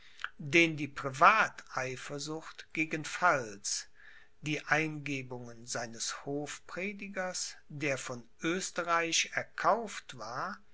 den die privateifersucht gegen pfalz die eingebungen seines hofpredigers der von oesterreich erkauft war